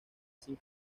sin